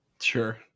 Sure